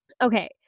Okay